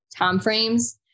timeframes